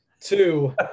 Two